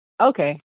Okay